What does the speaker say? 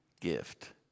gift